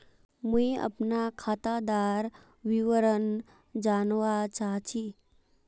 मुई अपना खातादार विवरण जानवा चाहची?